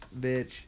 bitch